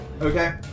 Okay